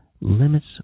limits